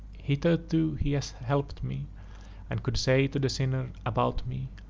hitherto he hath helped me and could say to the sinners about me,